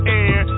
air